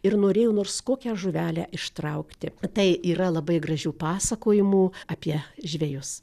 ir norėjo nors kokią žuvelę ištraukti tai yra labai gražių pasakojimų apie žvejus